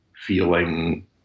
feeling